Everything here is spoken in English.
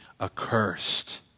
accursed